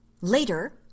Later